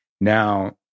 now